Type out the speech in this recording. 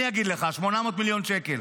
אני אגיד לך: 800 מיליון שקל.